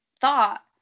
thought